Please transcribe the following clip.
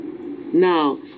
Now